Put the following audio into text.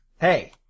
Hey